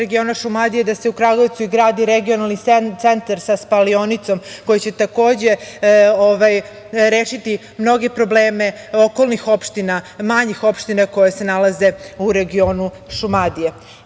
da se u Kragujevcu i gradi regionalni centar sa spalionicom, koji će takođe rešiti mnoge probleme okolnih opština, manjih opština koje se nalaze u regionu Šumadije. Svakako